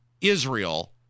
Israel